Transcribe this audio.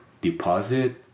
deposit